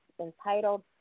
entitled